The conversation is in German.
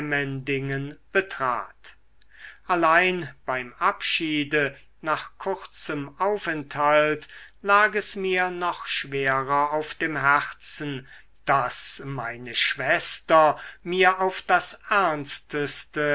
emmendingen betrat allein beim abschiede nach kurzem aufenthalt lag es mir noch schwerer auf dem herzen daß meine schwester mir auf das ernsteste